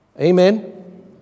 Amen